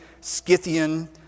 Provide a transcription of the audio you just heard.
scythian